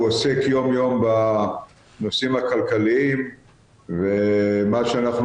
הוא עוסק יום-יום בנושאים הכלכליים ומה שאנחנו